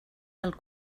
del